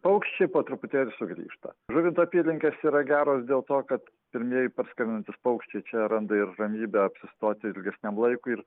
paukščiai po truputėlį sugrįžta žuvinto apylinkės yra geros dėl to kad pirmieji parskrendantys paukščiai čia randa ir ramybę apsistoti ilgesniam laikui ir